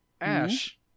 Ash